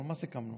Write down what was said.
מה סיכמנו?